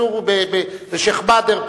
בשיח'-באדר,